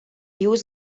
jūs